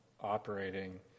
operating